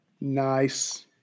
Nice